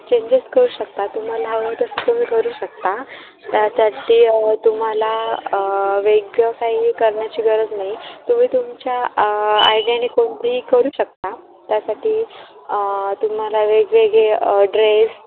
changes करू शकता तुम्हाला हवं आहे तसं तुम्ही करू शकता त्यासाठी तुम्हाला वेगळं काही करण्याची गरज नाही तुम्ही तुमच्या आयडियाने कोणतीही करू शकता त्यासाठी तुम्हाला वेगवेगळे ड्रेस